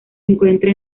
encuentran